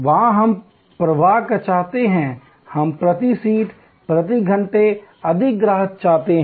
वहां हम प्रवाह चाहते हैं हम प्रति सीट प्रति घंटे अधिक ग्राहक चाहते हैं